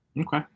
Okay